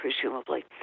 presumably